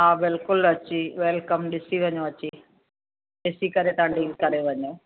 हा बिल्कुलु अची वेलकम ॾिसी वञो अची ॾिसी करे तव्हां डील करे वञो